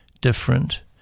different